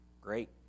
Great